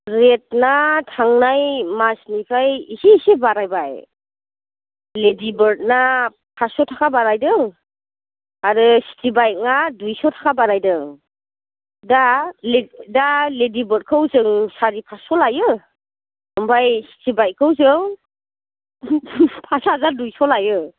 रेटआ थांनाय मासनिफ्राय एसे बारायबाय लेडिबार्दना पास्स' थाखाय बारायदों आरो सिटि बाइकना दुइस' थाखा बारायदों दा लेडिबार्दखौ जों सारि पास्स' लायो ओमफ्राय सिटि बाइकखौ जों पास हाजार दुइस' लायो